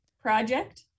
project